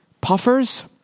puffers